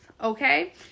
Okay